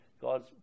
God's